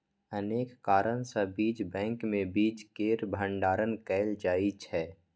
अनेक कारण सं बीज बैंक मे बीज केर भंडारण कैल जाइ छै